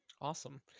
Awesome